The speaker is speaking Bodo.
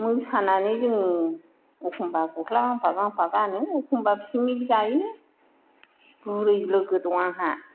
मोसानानै जों एख'नबा गस्ला गांफा गांफा गानो एख'नबा पिकनिक जायो बुरै लोगो दं आंहा